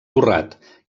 torrat